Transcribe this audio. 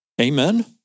Amen